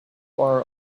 are